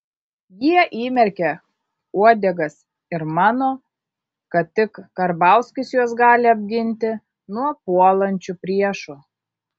jie įmerkė uodegas ir mano kad tik karbauskis juos gali apginti nuo puolančių priešų